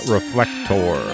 Reflector